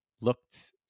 looked